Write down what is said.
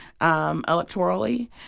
electorally